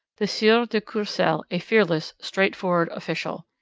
the sieur de courcelle a fearless, straightforward official.